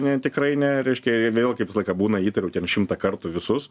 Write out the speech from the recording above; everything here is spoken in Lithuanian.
ne tikrai ne reiškia vėl kaip visą laiką būna įtariau ten šimtą kartų visus